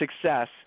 success